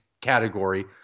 category